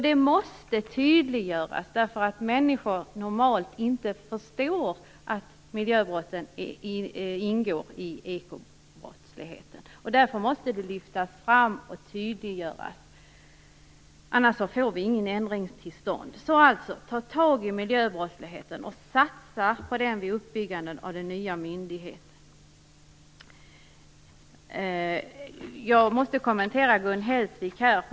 Det måste tydliggöras. Människor förstår normalt inte att miljöbrotten ingår i ekobrottsligheten, därför måste detta lyftas fram och tydliggöras, annars får vi ingen ändring till stånd. Alltså: Ta tag i miljöbrottsligheten och satsa på den vid uppbyggnaden av den nya myndigheten! Jag måste kommentera Gun Hellsviks anförande.